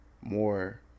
more